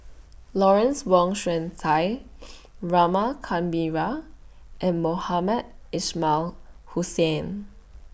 Lawrence Wong Shyun Tsai Rama Kannabiran and Mohamed Ismail Hussain